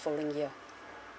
following year